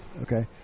Okay